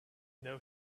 know